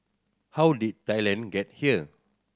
how did Thailand get here